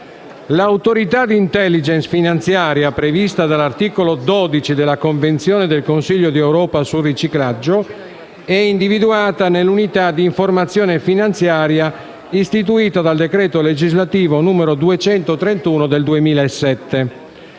L'autorità di *intelligence* finanziaria prevista dall'articolo 12 della Convenzione del Consiglio d'Europa sul riciclaggio è individuata nell'Unità di informazione finanziaria istituita dal decreto legislativo n. 231 del 2007.